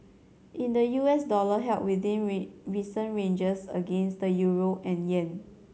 in the U S dollar held within recent ranges against the euro and yen